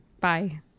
Bye